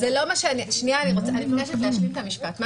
אני מבקשת להשלים את המשפט.